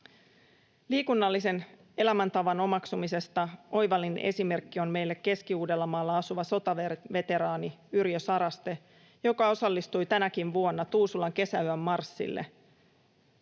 Liikunnallisen elämäntavan omaksumisesta oivallinen esimerkki meille on Keski-Uudellamaalla asuva sotaveteraani Yrjö Saraste, joka osallistui tänäkin vuonna Tuusulan Kesäyön marssille